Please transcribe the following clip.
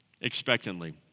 expectantly